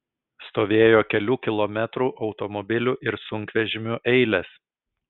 stovėjo kelių kilometrų automobilių ir sunkvežimių eilės